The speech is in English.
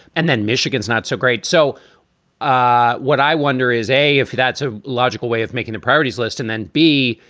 and then michigan's not so great. so ah what i wonder is, a, if that's a logical way of making the priorities list. and then, b,